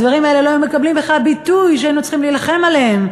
הדברים האלה לא היו מקבלים בכלל ביטוי ולא היינו צריכים להילחם עליהם,